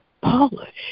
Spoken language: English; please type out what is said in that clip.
polish